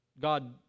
God